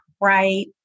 right